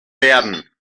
werden